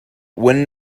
when